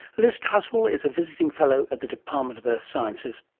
liz truswell is a visiting fellow at the department of earth sciences,